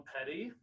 Petty